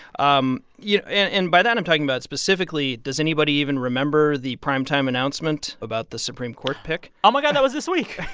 um yeah and by that, i'm talking about specifically, does anybody even remember the prime-time announcement about the supreme court pick? oh, my god. that was this week.